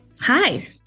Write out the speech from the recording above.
Hi